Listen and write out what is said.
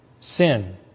sin